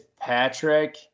Patrick